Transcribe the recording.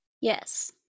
Yes